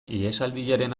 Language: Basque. ihesaldiaren